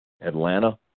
Atlanta